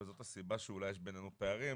וזו הסיבה שאולי יש בינינו פערים,